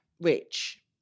rich